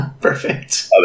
Perfect